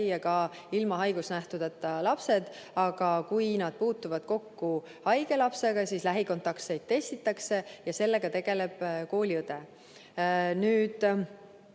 ka muud ilma haigusnähtudeta lapsed, aga kui nad puutuvad kokku haige lapsega, siis lähikontaktseid testitakse. Ja sellega tegeleb kooliõde. Nüüd,